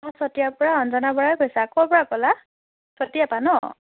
অঁ চতিয়াৰ পৰা অঞ্জনা বৰাই কৈছা ক'ৰ পৰা ক'লা চতিয়াৰ পৰা ন